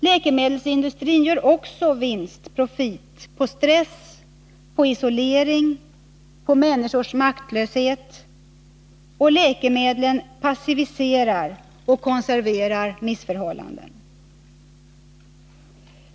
Läkemedelsindustrin gör profit på stress, isolering och människors maktlöshet, och läkemedlen passiviserar och konserverar missförhållanden.